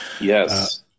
Yes